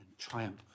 triumph